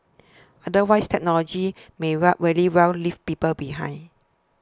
otherwise technology may well very well leave people behind